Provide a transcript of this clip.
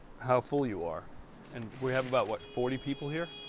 how full you are and we have about what forty people here?